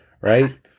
Right